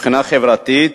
מבחינה חברתית,